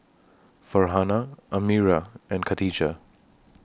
Farhanah Amirah and Katijah